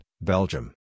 Belgium